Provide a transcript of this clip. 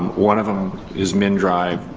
one of them is mndrive.